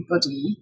body